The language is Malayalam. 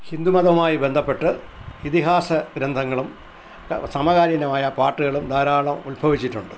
ഹിന്ദു മതമായി ബന്ധപ്പെട്ട് ഇതിഹാസ ഗ്രന്ഥങ്ങളും സമകാലീനമായ പാട്ടുകളും ധാരാളം ഉൽഭവിച്ചിട്ടുണ്ട്